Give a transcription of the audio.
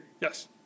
Yes